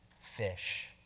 fish